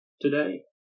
today